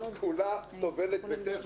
כולה טובלת בטבע,